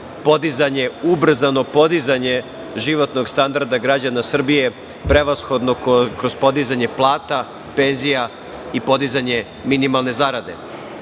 ubrzano podizanje životnog standarda građana Srbije, prevashodno kroz podizanje plata, penzija i podizanje minimalne zarade. Suočeni